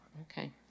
Okay